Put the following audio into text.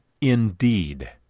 indeed